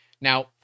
Now